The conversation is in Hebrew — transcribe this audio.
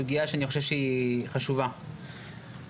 הדבר הזה יוצא ברמה המקצועית - אבל גם